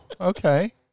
okay